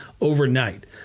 overnight